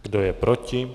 Kdo je proti?